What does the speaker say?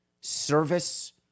service